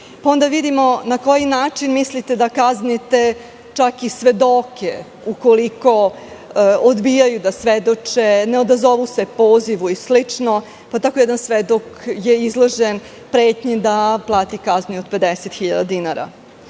Ovde vidimo na koji način mislite da kaznite čak i svedoke ukoliko odbijaju da svedoče, ne odazovu se pozivu i slično. Tako je jedan svedok izložen pretnji da plati kaznu i od 50 hiljada